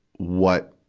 what,